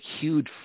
huge